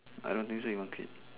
I don't think so he won't quit